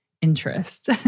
interest